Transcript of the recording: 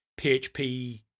PHP